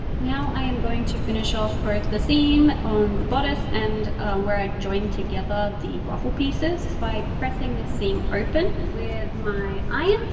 now i am going to finish off both the seam on the bodice and where i joined together the ruffle pieces by pressing the seam open with my iron.